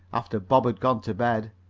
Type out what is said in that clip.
after bob had gone to bed,